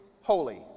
holy